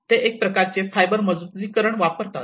ते एक प्रकारचे फायबर मजबुतीकरण वापरतात